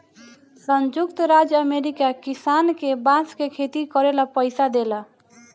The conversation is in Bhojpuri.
संयुक्त राज्य अमेरिका किसान के बांस के खेती करे ला पइसा देला